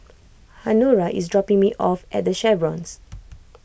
Honora is dropping me off at the Chevrons